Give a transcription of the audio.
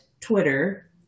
twitter